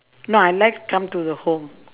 no I like come to the home